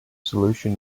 solutions